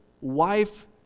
wife